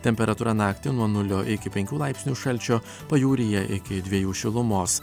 temperatūra naktį nuo nulio iki penkių laipsnių šalčio pajūryje iki dviejų šilumos